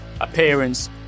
appearance